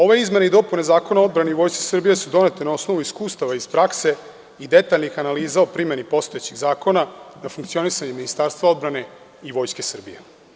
Ove izmene i dopune Zakona o odbrani i Vojsci Srbije su doneti na osnovu iskustava iz prakse i detaljnih analiza o primeni postojećih zakona na funkcionisanje Ministarstva odbrane i Vojske Srbije.